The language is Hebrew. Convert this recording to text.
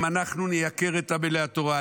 אם אנחנו נייקר את עמלי התורה,